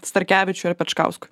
starkevičiu ar pečkausku